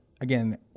again